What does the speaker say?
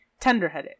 tenderheaded